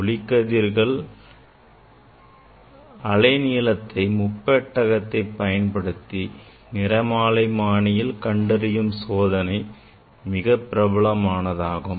ஒளிக் கதிர்களின் அலைநீளத்தை முப்பெட்டகத்தை பயன்படுத்தி நிறமாலைமானியில் கண்டறியும் சோதனை மிகப் பிரபலமானதாகும்